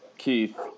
Keith